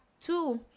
two